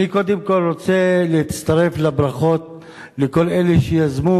אני קודם כול רוצה להצטרף לברכות לכל אלה שיזמו